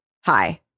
Hi